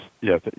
yes